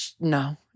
No